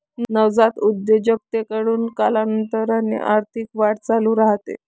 नवजात उद्योजकतेमध्ये, कालांतराने आर्थिक वाढ चालू राहते